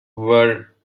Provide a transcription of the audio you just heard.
were